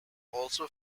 also